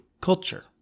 culture